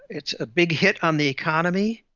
it's a big hit on the economy.